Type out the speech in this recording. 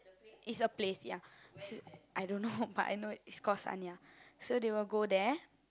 is a place ya I don't know but I know it's called Sanya so they will go there